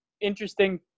interesting